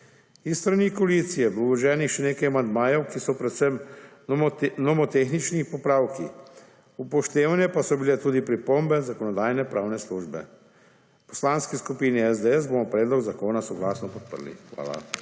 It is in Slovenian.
S strani koalicije je bilo vloženih še nekaj amandmajev, ki so povsem nomotehnični popravki. Upoštevane pa so bile tudi pripombe Zakonodajno-pravne službe. V poslanski skupini SDS bomo predlog zakona soglasno podprli. Hvala.